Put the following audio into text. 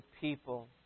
people